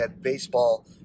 baseball